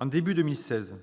Au début de 2016,